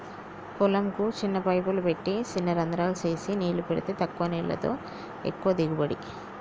పొలం కు చిన్న పైపులు పెట్టి చిన రంద్రాలు చేసి నీళ్లు పెడితే తక్కువ నీళ్లతో ఎక్కువ దిగుబడి